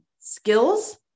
skills